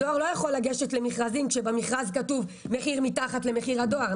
הדואר לא יכול לגשת למכרזים כאשר במכרז כתוב מחיר מתחת למחיר הדואר.